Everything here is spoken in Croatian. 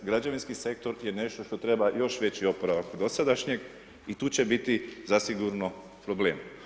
Građevinski sektor je nešto što treba još veći oporavak od dosadašnjeg i tu će biti zasigurno problem.